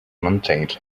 maintained